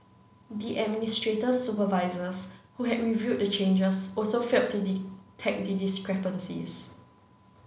the administrator's supervisors who had reviewed the changes also failed the discrepancies